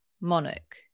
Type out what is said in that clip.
monarch